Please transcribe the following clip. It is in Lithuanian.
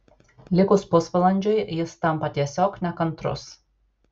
likus pusvalandžiui jis tampa tiesiog nekantrus